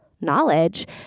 knowledge